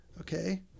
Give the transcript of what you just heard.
Okay